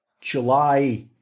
July